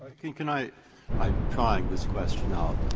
can can i i'm trying this question out.